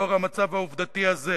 לאור המצב העובדתי הזה